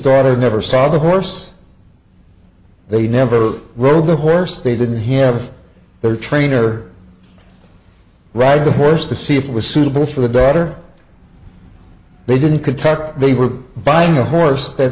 daughter never saw the horse they never rode the horse they didn't have their trainer ride the horse to see if it was suitable for the daughter they didn't contact they were buying a horse that